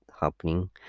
happening